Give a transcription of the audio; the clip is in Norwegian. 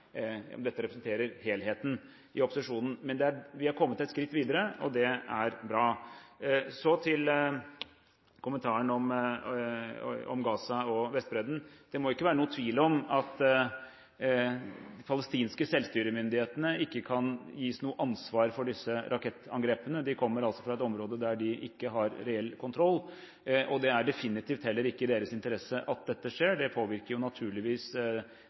representerer helheten i opposisjonen, men vi har kommet et skritt videre, og det er bra. Så til kommentaren om Gaza og Vestbredden: Det må ikke være noe tvil om at de palestinske selvstyremyndighetene ikke kan gis noe ansvar for disse rakettangrepene, de kommer altså fra et område der de ikke har reell kontroll, og det er definitivt heller ikke i deres interesse at dette skjer. Det påvirker naturligvis den mer dype, underliggende konflikten på en negativ måte, også sett fra deres side, så at det